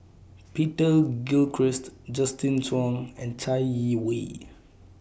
Peter Gilchrist Justin Zhuang and Chai Yee Wei